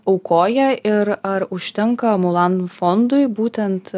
aukoja ir ar užtenka mulan fondui būtent